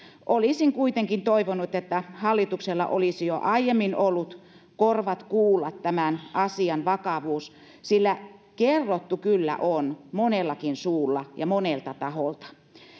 olisin kuitenkin toivonut että hallituksella olisi jo aiemmin ollut korvat kuulla tämän asian vakavuus sillä kerrottu kyllä on monellakin suulla ja monelta taholta